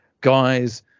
guys